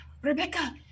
Rebecca